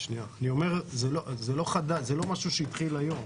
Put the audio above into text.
זה לא משהו שהתחיל היום.